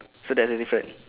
so that's the difference